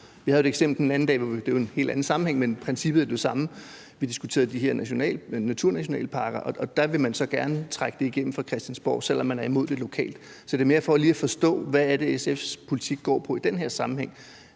Vi havde jo et eksempel forleden. Det var i en helt anden sammenhæng, men princippet er jo det samme. Vi diskuterede de her naturnationalparker, og der vil man så gerne trække det igennem fra Christiansborgs side, selv om de er imod det lokalt. Så det er mere for lige at forstå, hvad SF's politik går på i den her sammenhæng.